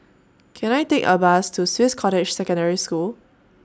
Can I Take A Bus to Swiss Cottage Secondary School